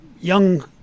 Young